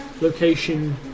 location